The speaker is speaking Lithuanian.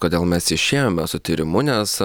kodėl mes išėjome su tyrimu nes